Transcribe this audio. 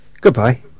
Goodbye